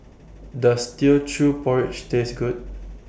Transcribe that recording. Does Teochew Porridge Taste Good